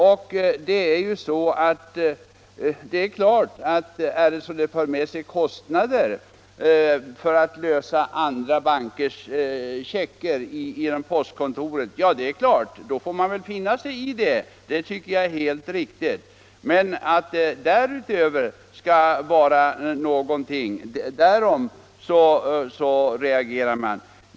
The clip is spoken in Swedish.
Om det skulle medföra kostnader att inlösa även andra bankers checkar, så får man väl finna sig i det. Men att det skulle resas andra hinder reagerar man emot.